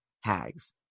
Hags